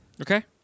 Okay